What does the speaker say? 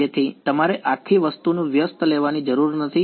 તેથી તમારે આખી વસ્તુનું વ્યસ્ત લેવાની જરૂર નથી